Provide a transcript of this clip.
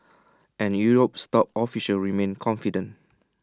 and Europe's top officials remain confident